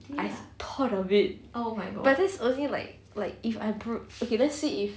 I support of it but that's only like like if I broke okay so let's say if